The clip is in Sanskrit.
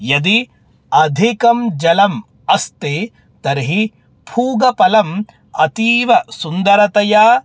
यदि अधिकं जलम् अस्ति तर्हि पूगीफलम् अतीव सुन्दरतया